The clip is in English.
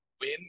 win